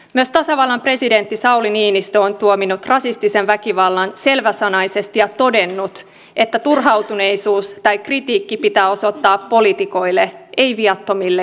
myös tasavallan presidentti sauli niinistö on tuominnut rasistisen väkivallan selväsanaisesti ja todennut että turhautuneisuus tai kritiikki pitää osoittaa poliitikoille ei viattomille ihmisille